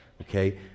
Okay